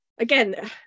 Again